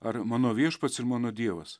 ar mano viešpats ir mano dievas